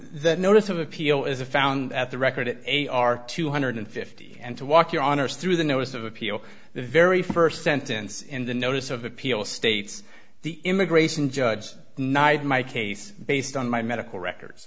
that notice of appeal is a found at the record it a are two hundred fifty and to walk your honour's through the notice of appeal the very first sentence in the notice of appeal states the immigration judge neither my case based on my medical records